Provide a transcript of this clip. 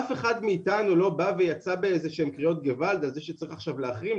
אף אחד מאתנו לא בא ויצא בקריאות גוועלד על כך שצריך להחרים.